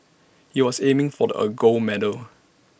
he was aiming for the A gold medal